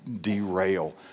derail